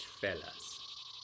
fellas